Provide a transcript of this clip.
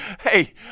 Hey